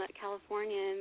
Californians